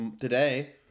today